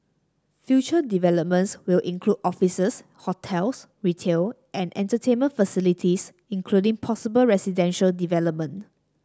future developments will include officers hotels retail and entertainment facilities including possible residential development